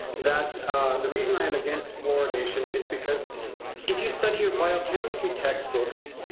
that the reason i am against fluoridation is because if you study your biochemistry textbooks,